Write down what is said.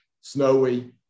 snowy